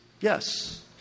Yes